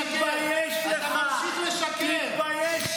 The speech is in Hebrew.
תתבייש לך, תתבייש לך.